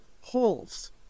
Holes